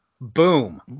Boom